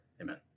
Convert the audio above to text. amen